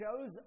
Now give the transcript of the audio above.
shows